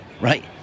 Right